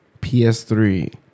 PS3